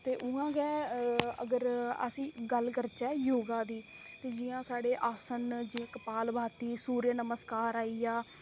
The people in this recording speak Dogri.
ते उ'आं गै अगर असें गल्ल करचै योगा दी ते जि'यां साढ़े आसन न जि'यां कपाल भाती सूर्य नमस्कार आई गेआ